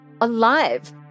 alive